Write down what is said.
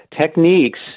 techniques